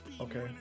okay